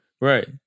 Right